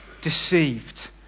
deceived